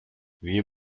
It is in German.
wir